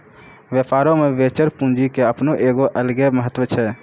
व्यापारो मे वेंचर पूंजी के अपनो एगो अलगे महत्त्व छै